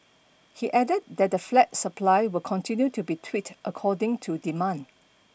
he added that the flat supply will continue to be tweaked according to demand